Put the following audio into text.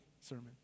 sermon